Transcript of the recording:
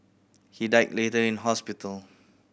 he died later in hospital